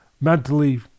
mentally